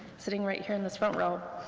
sitting right here in this front row,